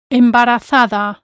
embarazada